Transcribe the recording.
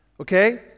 okay